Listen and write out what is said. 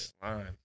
slime